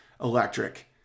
electric